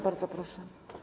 Bardzo proszę.